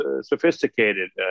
sophisticated